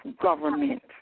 government